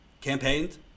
campaigned